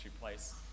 place